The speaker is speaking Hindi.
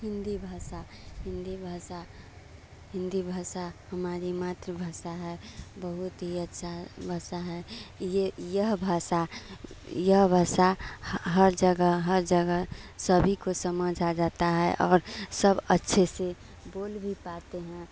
हिन्दी भाषा हिन्दी भाषा हिन्दी भाषा हमारी मात्रभाषा है बहुत ही अच्छी भाषा है य यह भाषा यह भाषा हर जगह हर जगह सभी को समझ आ जाती है और सब अच्छे से बोल भी पाते हैं